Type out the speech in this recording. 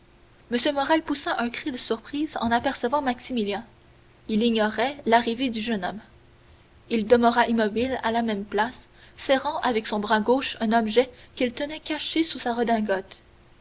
m morrel poussa un cri de surprise en apercevant maximilien il ignorait l'arrivée du jeune homme il demeura immobile à la même place serrant avec son bras gauche un objet qu'il tenait caché sous sa redingote